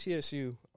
TSU